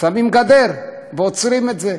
שמים גדר ועוצרים את זה.